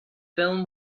film